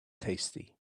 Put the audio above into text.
tasty